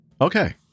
Okay